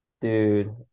dude